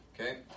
Okay